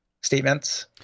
statements